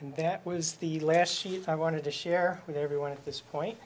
and that was the last year i wanted to share with everyone at this point